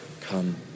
Come